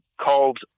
called